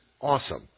awesome